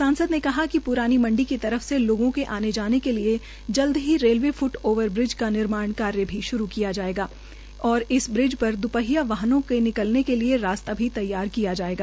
सांसद के कहा कि प्रानी मंडी की तरफ से लोगों के आने जाने के लिए जल्द ही रेलवे फ्ट ओवर ब्रिज का निर्माण कार्य भी शुरू किया जायेगा और इस ब्रिज पर दुपहिया वाहनों के निकलने का रास्ता भी तैयार किया जायेगा